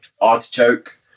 artichoke